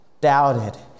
doubted